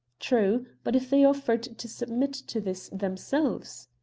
true, but if they offered to submit to this themselves?